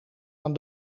aan